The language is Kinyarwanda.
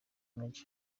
maj